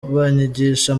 banyigisha